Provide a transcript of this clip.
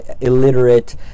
illiterate